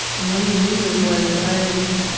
and one of the reasons was i was